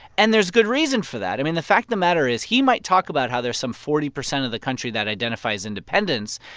and there's good reason for that. i mean, the fact of the matter is he might talk about how there's some forty percent of the country that identify as independents.